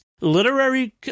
literary